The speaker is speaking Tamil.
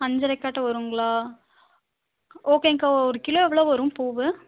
அஞ்சரைக் காட்ட வரும்ங்களா ஓகேங்க்கா ஒரு கிலோ எவ்வளோ வரும் பூ